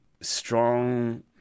strong